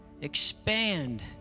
expand